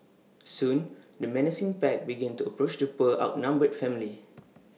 soon the menacing pack began to approach the poor outnumbered family